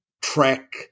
track